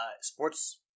sports